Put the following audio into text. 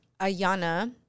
ayana